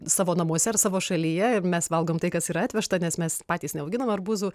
savo namuose ar savo šalyje ir mes valgom tai kas yra atvežta nes mes patys neauginam arbūzų